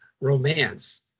romance